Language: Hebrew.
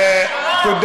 צבוע, צבוע.